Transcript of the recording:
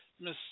Miss